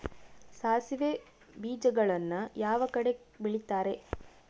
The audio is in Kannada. ಸಾಸಿವೆ ಬೇಜಗಳನ್ನ ಯಾವ ಕಡೆ ಬೆಳಿತಾರೆ?